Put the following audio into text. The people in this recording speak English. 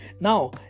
now